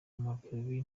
amavubi